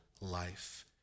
life